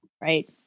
right